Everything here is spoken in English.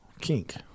kink